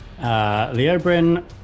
Leobrin